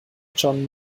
john